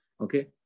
Okay